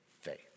faith